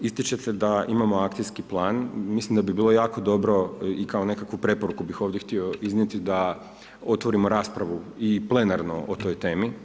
Ističete da imamo akcijski plan i mislim da bi bilo jako dobro i kao nekakvu preporuku bi ovdje htio iznijeti, da otvorimo raspravu i plenarno o toj temi.